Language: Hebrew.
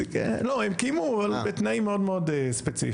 לא, הם קיימו, אבל בתנאים מאוד ספציפיים.